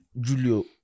Julio